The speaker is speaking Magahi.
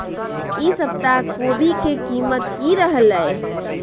ई सप्ताह कोवी के कीमत की रहलै?